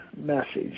message